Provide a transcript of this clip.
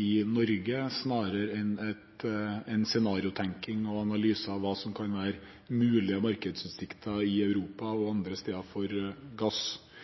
i Norge snarere enn en senariotenkning og analyse av hva som kan være mulig av markedsutsikter for gass i Europa og